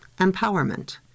empowerment